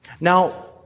Now